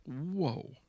whoa